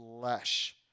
flesh